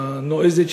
הנועזת,